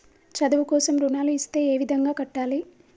చదువు కోసం రుణాలు ఇస్తే ఏ విధంగా కట్టాలి?